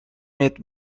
mid